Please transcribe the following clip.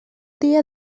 dia